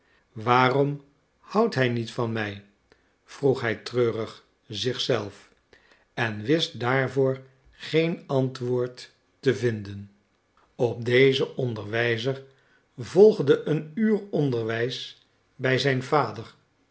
waarom houdt hij niet van mij vroeg hij treurig zich zelf en wist daarvoor geen antwoord te vinden op dezen onderwijzer volgde een uur onderwijs bij zijn vader